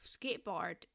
skateboard